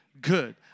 good